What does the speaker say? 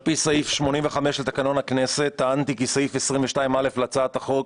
על פי סעיף 85 לתקנון הכנסת טענתי כי סעיף 22(א) להצעת החוק